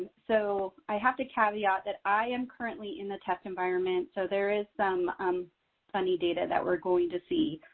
so i have to caveat that i am currently in the test environment. so there is some funny data that we're going to see.